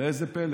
ראה זה פלא.